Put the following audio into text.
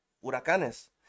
huracanes